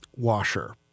washer